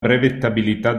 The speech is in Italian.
brevettabilità